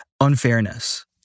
unfairness